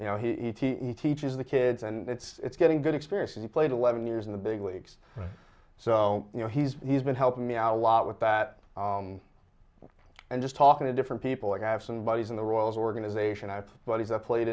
you know he teaches the kids and it's it's getting good experience and he played eleven years in the big leagues so you know he's he's been helping me out a lot with that and just talking to different people i have some buddies in the royals organization out but he's up played